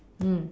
mm